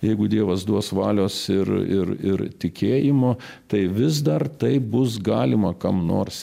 jeigu dievas duos valios ir ir ir tikėjimo tai vis dar taip bus galima kam nors